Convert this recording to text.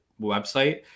website